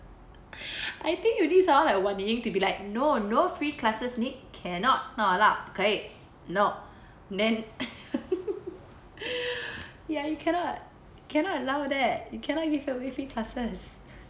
I think you need someone like wan ying to be like no no free classes nick cannot not allowed okay no and then ya you cannot cannot allow that you cannot give everyone free classes